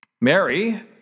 Mary